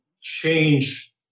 change